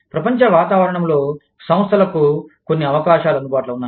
ప్రపంచ వాతావరణంలో సంస్థలకు కొన్ని అవకాశాలు అందుబాటులో ఉన్నాయి